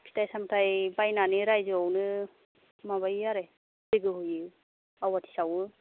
फिथाइ सामथाइ बायनानै रायजोआवनो माबायो आरो जैग' होयो आवाथि सावो